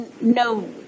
no